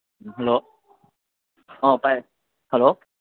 hello ꯑꯧ ꯇꯥꯏ hello